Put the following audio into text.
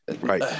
right